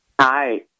Hi